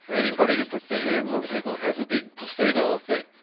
anybody who puts their hands on people has a big placebo effect.